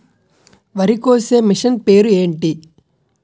వరి కోసే మిషన్ పేరు ఏంటి